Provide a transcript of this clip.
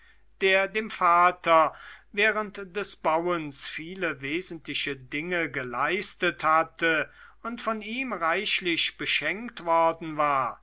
der dem vater während des bauens viele wesentliche dienste geleistet hatte und von ihm reichlich beschenkt worden war